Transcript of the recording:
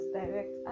direct